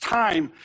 time